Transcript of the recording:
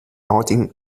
outing